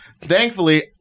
thankfully